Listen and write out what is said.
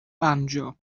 banjo